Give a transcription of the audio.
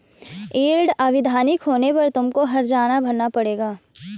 yield अवैधानिक होने पर तुमको हरजाना भरना पड़ेगा